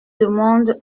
demande